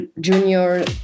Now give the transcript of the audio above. junior